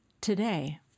today